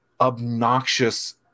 obnoxious